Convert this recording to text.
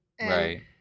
Right